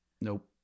Nope